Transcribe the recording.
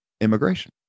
immigration